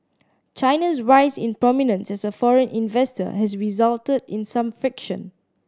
China's rise in prominence as a foreign investor has resulted in some friction